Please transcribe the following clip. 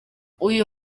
uyu